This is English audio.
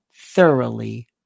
thoroughly